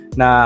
na